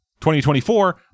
2024